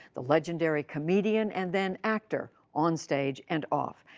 the legendary comedian and then actor, on stage and off.